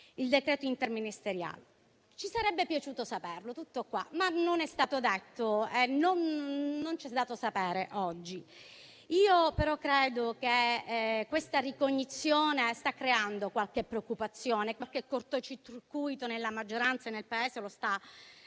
(decreto interministeriale del 22 marzo 2022). Ci sarebbe piaciuto saperlo, tutto qua; ma non è stato detto e non ci è dato saperlo oggi. Io però credo che questa ricognizione stia creando qualche preoccupazione e qualche cortocircuito, nella maggioranza e nel Paese.